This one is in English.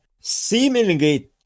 seemingly